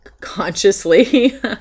consciously